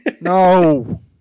No